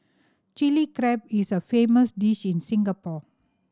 Chilli Crab is a famous dish in Singapore